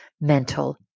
mental